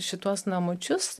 šituos namučius